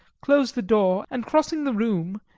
closed the door, and crossing the room,